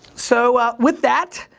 so, with that,